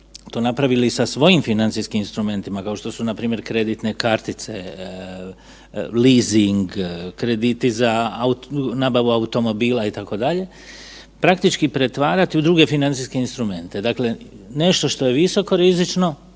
to napravili sa svojim financijskim instrumentima, kao što su, npr. kreditne kartice, leasing, krediti za nabavu automobila, itd., praktički pretvarati u druge financijske instrumente. Dakle, nešto što je visokorizično,